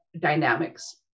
dynamics